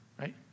right